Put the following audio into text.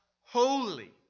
holy